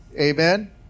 Amen